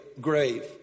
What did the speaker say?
grave